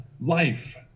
life